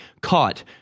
caught